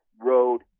road